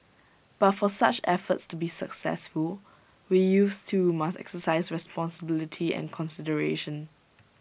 but for such efforts to be successful we youths too must exercise responsibility and consideration